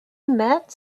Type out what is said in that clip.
met